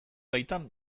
baitan